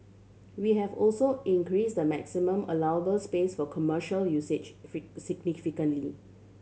we have also increased the maximum allowable space for commercial usage significantly